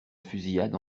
fusillade